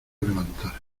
levantar